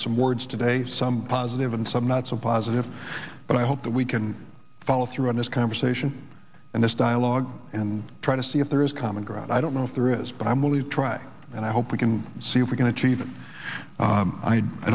some words today some positive and some not so positive but i hope that we can follow through on this conversation and this dialogue and try to see if there is common ground i don't know if there is but i believe try and i hope we can see if we can achieve